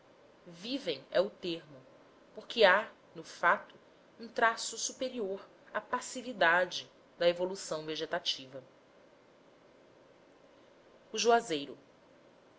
vivem vivem é o termo porque há no fato um traço superior à passividade da evolução vegetativa o juazeiro